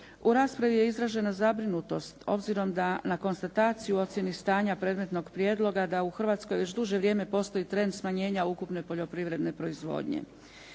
U raspravi je izražena zabrinutost obzirom da na konstataciju u ocjeni stanja predmetnog prijedloga da u Hrvatskoj već duže vrijeme postoji trend smanjenja ukupne poljoprivredne proizvodnje.